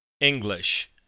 English